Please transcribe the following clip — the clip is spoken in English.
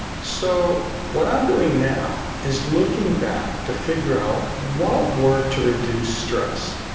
so what i'm doing now is looking back to figure out what worked to reduce stress.